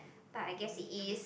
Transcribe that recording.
but I guess it is